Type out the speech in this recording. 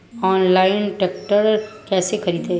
Online tractor कैसे खरदी?